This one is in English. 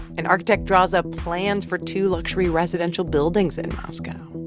an architect draws up plans for two luxury residential buildings in moscow.